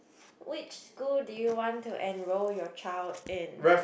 which school do you want to enroll your child in